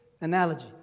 analogy